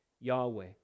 Yahweh